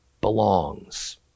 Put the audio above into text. belongs